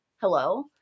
hello